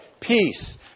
peace